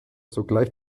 sogleich